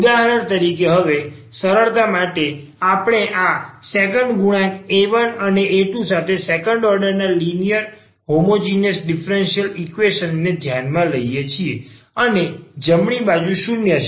ઉદાહરણ તરીકે હવે સરળતા માટે આપણે આ સેકન્ડ ગુણાંક a1 અને a2 સાથે સેકન્ડ ઓર્ડર ના લિનિયર હોમોજીનીયસ ડીફરન્સીયલ ઈક્વેશન ને ધ્યાનમાં લઈએ છીએ અને જમણી બાજુ 0 છે